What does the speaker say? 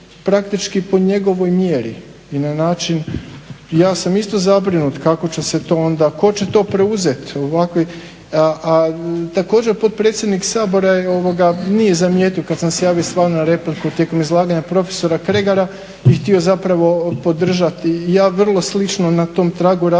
praktički po njegovoj mjeri i na način i ja sam isto zabrinut kako će se to onda, tko će to preuzet. A također potpredsjednik Sabora nije zamijetio kad sam se javio stvarno na repliku tijekom izlaganja profesora Kregara i htio zapravo podržati. I ja vrlo slično na tom tragu razmišljam